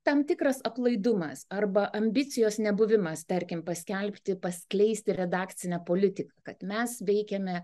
tam tikras aplaidumas arba ambicijos nebuvimas tarkim paskelbti paskleisti redakcinę politiką kad mes veikiame